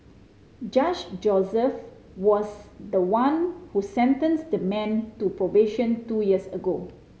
Judge Joseph was the one who sentenced the man to probation two years ago